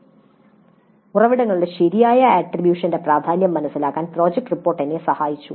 "ഉറവിടങ്ങളുടെ ശരിയായ ആട്രിബ്യൂഷന്റെ പ്രാധാന്യം മനസിലാക്കാൻ പ്രോജക്റ്റ് റിപ്പോർട്ട് എന്നെ സഹായിച്ചു